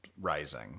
rising